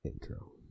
intro